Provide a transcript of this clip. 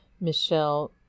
Michelle